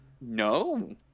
No